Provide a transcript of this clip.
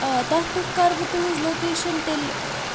آ تَتھ پٮ۪ٹھ کَرٕ بہٕ تُہٕنٛز لوکیشَن تیٚلہِ